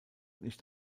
nicht